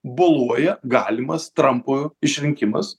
boluoja galimas trampo išrinkimas